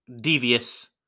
devious